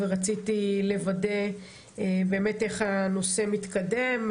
אני רוצה לוודא איך הנושא מתקדם,